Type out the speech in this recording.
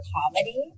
comedy